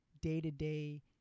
day-to-day